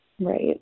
Right